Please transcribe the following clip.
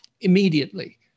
immediately